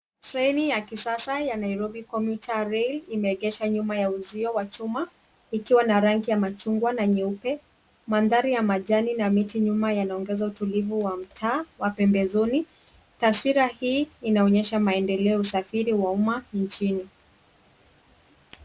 Treni ya kisasa ya, Nairobi commuter rail, imeegeshwa nyuma ya uzio wa chuma ikiwa na rangi ya machungwa na nyeupe. Mandhari ya majani na miti nyuma yanaongeza utulivu wa mtaa wa pembezoni. Taswira hii inaonyesha maendeleo ya usafiri wa umma nchini.